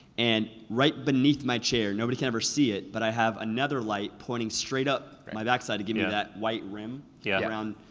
and right beneath my chair, nobody can ever see it, but i have another light pointing straight up my backside to give you that white rim yeah around,